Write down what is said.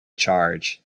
charge